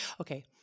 Okay